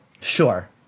Sure